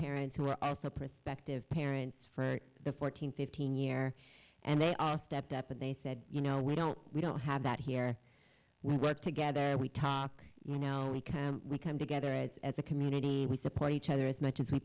parents who were also prospective parents for the fourteen fifteen year and they all stepped up and they said you know we don't we don't have that here we work together we talk you know we come we come together as a community we support each other as much as we